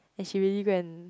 and she really go and